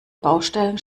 baustellen